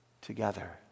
together